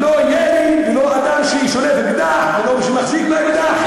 לא ירי, ולא אדם ששולף אקדח ולא שמחזיק באקדח.